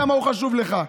כמה הוא חשוב לך,